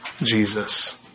Jesus